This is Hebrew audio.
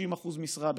ב-30% משרה,